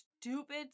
stupid